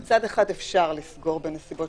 ששם מצד אחד אפשר לסגור בנסיבות